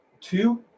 two